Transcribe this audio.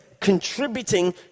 contributing